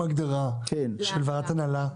יש היום הגדרה של ועדת הנהלה.